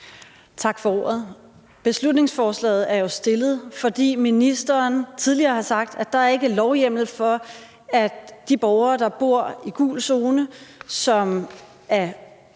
Tak for ordet. Beslutningsforslaget er jo fremsat, fordi ministeren tidligere har sagt, at der ikke er lovhjemmel til, at de borgere, der bor i gul zone, og som